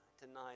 tonight